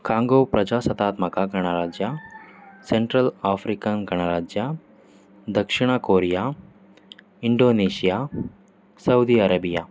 Congo ಪ್ರಜಾಸತಾತ್ಮಕ ಗಣರಾಜ್ಯ central African ಗಣರಾಜ್ಯ ದಕ್ಷಿಣ ಕೋರಿಯಾ ಇಂಡೋನೇಷ್ಯಾ ಸೌದಿ ಅರೇಬಿಯ